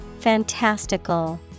Fantastical